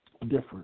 different